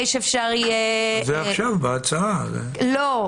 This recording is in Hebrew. מסמיכים אותם עכשיו בהצעה לקבל פרטים.